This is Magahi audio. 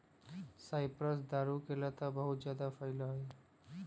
साइप्रस दारू के लता बहुत जादा फैला हई